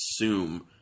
assume